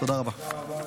תודה רבה.